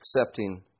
accepting